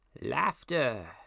Laughter